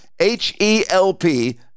H-E-L-P